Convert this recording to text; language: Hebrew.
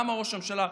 מה אמר ראש הממשלה?